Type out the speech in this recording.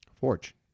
forge